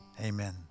Amen